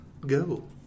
Go